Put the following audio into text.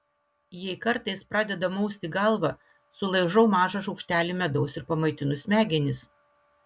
jei kartais pradeda mausti galvą sulaižau mažą šaukštelį medaus ir pamaitinu smegenis